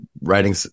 writing